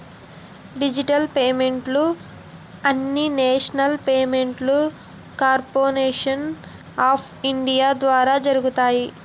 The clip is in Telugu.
డిజిటల్ పేమెంట్లు అన్నీనేషనల్ పేమెంట్ కార్పోరేషను ఆఫ్ ఇండియా ద్వారా జరుగుతాయి